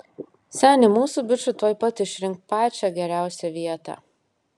seni mūsų bičui tuoj pat išrink pačią geriausią vietą